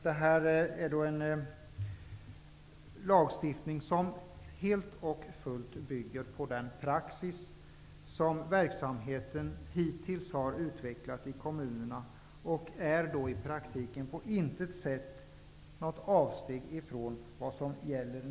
Det här är en lagstiftning som helt och fullt bygger på den praxis som verksamheten hittills har utvecklat i kommunerna. Det är alltså i praktiken på intet sätt något avsteg från vad som nu gäller.